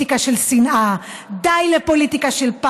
די לפוליטיקה של שנאה,